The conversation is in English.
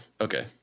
okay